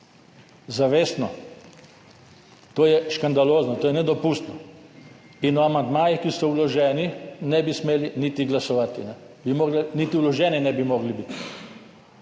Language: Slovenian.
Zavestno. To je škandalozno, to je nedopustno. O amandmajih, ki so vloženi, ne bi smeli niti glasovati. Niti vloženi ne bi mogli biti.